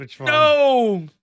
No